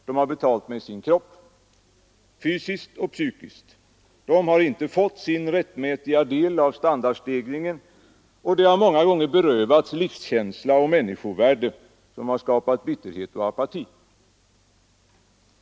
De har betalat med sin kropp — fysiskt och psykiskt. De har inte fått sin rättmätiga del av standardstegringen, de har många gånger berövats livskänsla och människovärde, och det har skapat bitterhet och apati.